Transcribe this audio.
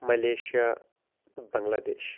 Malaysia Bangladesh